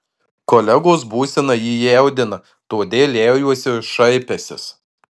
kolegos būsena jį jaudina todėl liaujuosi šaipęsis